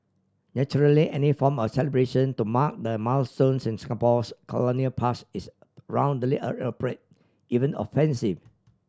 naturally any form of celebration to mark the milestones in Singapore's colonial past is roundly even offensive